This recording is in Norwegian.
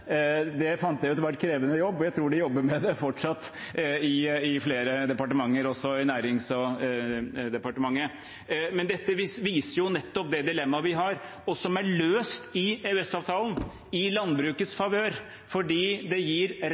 Det fant jeg ut var en krevende jobb, og jeg tror de jobber med det fortsatt i flere departementer, også i Næringsdepartementet. Dette viser nettopp det dilemmaet vi har, og som er løst i EØS-avtalen i landbrukets favør, fordi det gir resten av norsk næringsliv en